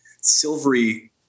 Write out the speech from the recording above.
silvery